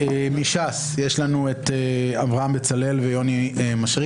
קלנר, מש"ס - אברהם בצלאל ויוני מישריקי.